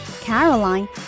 Caroline